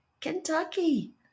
Kentucky